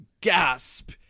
gasp